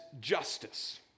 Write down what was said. justice